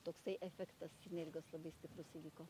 toksai efektas sinergijos labai stiprus įvyko